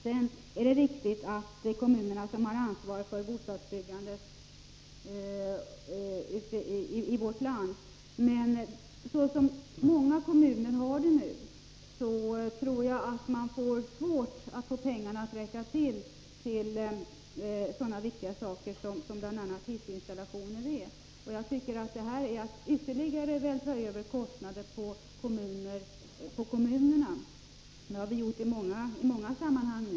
Det är riktigt att det är kommunerna som har ansvaret för bostadsbyggandet i vårt land. Men med tanke på hur många kommuner har det nu tror jag att det blir svårt för dem att få pengarna att räcka till sådana viktiga saker som bl.a. hissinstallationer. Man vältrar över ytterligare kostnader på kommunerna — det har vi gjort i många sammanhang.